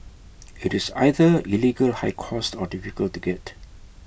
IT is either illegal high cost or difficult to get